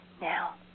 Now